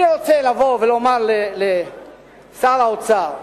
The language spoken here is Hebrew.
אני רוצה לבוא ולומר לשר האוצר: